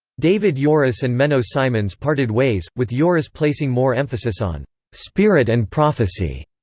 david joris and menno simons parted ways, with joris placing more emphasis on spirit and prophecy,